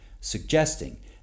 suggesting